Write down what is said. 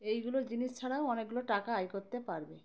এইগুলো জিনিস ছাড়াও অনেকগুলো টাকা আয় করতে পারবে